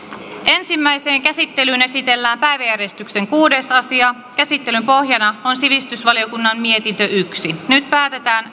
ensimmäiseen käsittelyyn esitellään päiväjärjestyksen kuudes asia käsittelyn pohjana on sivistysvaliokunnan mietintö yksi nyt päätetään